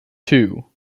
two